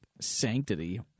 Sanctity